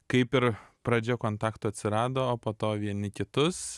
kaip ir pradžia kontakto atsirado o po to vieni kitus